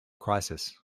crisis